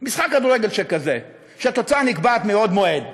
משחק כדורגל כזה, שהתוצאה נקבעת מלכתחילה,